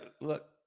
look